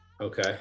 Okay